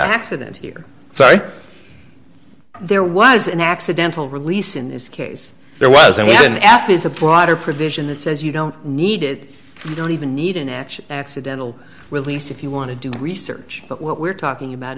accident here so there was an accidental release in this case there wasn't an f is a broader provision that says you don't need it you don't even need an accidental release if you want to do research but what we're talking about